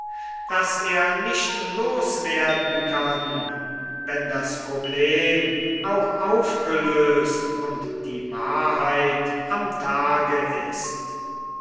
das er nicht loswerden kann wenn das problem auch aufgelöst und die wahrheit am tage ist